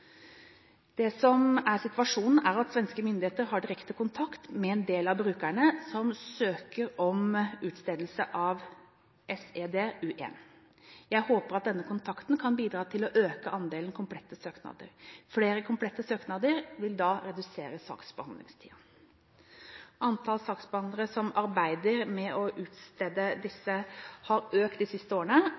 Det som er situasjonen, er at svenske myndigheter har direkte kontakt med en del av brukerne som søker om utstedelse av SED U1. Jeg håper at denne kontakten kan bidra til å øke andelen komplette søknader. Flere komplette søknader vil da redusere saksbehandlingstiden. Antall saksbehandlere som arbeider med å utstede disse, har økt de siste årene,